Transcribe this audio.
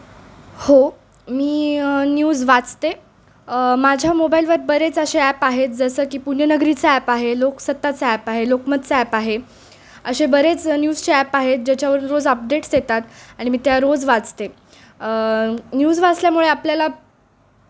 हो मी न्यूज वाचते माझ्या मोबाईलवर बरेच असे ॲप आहेत जसं की पुण्यनगरीचा ॲप आहे लोकसत्ताचा ॲप आहे लोकमतचा ॲप आहे असे बरेच न्यूजचे ॲप आहेत ज्याच्यावर रोज अपडेट्स येतात आणि मी त्या रोज वाचते न्यूज वाचल्यामुळे आपल्याला